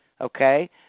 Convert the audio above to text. okay